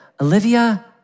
Olivia